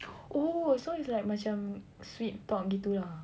oh so it's like macam Sweet Talk gitu lah